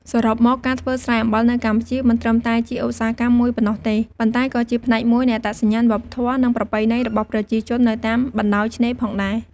សរុបមក ការធ្វើស្រែអំបិលនៅកម្ពុជាមិនត្រឹមតែជាឧស្សាហកម្មមួយប៉ុណ្ណោះទេ ប៉ុន្តែក៏ជាផ្នែកមួយនៃអត្តសញ្ញាណវប្បធម៌ និងប្រពៃណីរបស់ប្រជាជននៅតាមបណ្ដោយឆ្នេរផងដែរ។